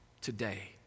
today